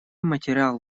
материал